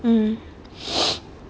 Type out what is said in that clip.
mm